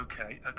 okay